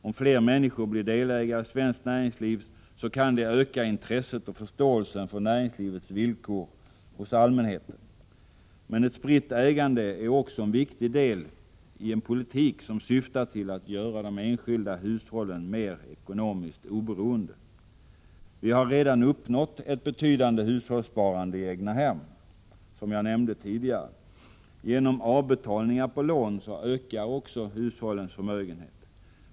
Om fler människor blir delägare i svenskt näringsliv kan det öka allmänhetens intresse och förståelse för näringslivets villkor. Men ett spritt ägande är också en viktig del i en politik som syftar till att göra de enskilda hushållen ekonomiskt mer oberoende. Vi har, som jag nämnde tidigare, redan uppnått ett betydande hushållssparande i egna hem. Genom avbetalningar på lån ökar också hushållens förmögenhet.